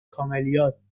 کاملیاست